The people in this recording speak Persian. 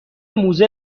موزه